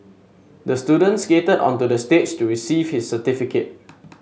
the student skated onto the stage to receive his certificate